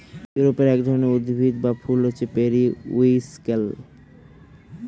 ইউরোপে এক রকমের উদ্ভিদ এবং ফুল হচ্ছে পেরিউইঙ্কেল